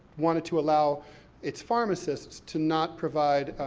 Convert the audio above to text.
wanted to allow its pharmacists to not provide